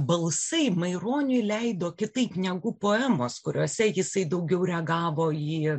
balsai maironiui leido kitaip negu poemos kuriose jisai daugiau reagavo į